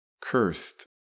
cursed